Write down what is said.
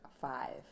five